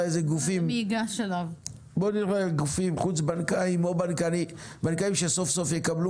איזה גופים חוץ בנקאיים או בנקאיים שסוף סוף יקבלו